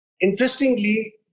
Interestingly